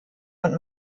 und